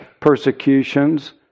persecutions